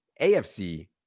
AFC